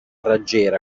raggiera